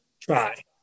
try